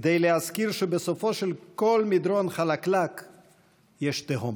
כדי להזכיר שבסופו של כל מדרון חלקלק יש תהום.